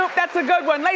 but that's a good one. like